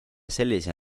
sellise